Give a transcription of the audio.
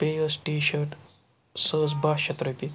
بیٚیہِ ٲس ٹی شٲٹ سۄ ٲس بہہ شَتھ رۄپیہِ